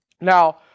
Now